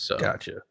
Gotcha